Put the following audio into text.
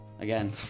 Again